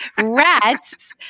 rats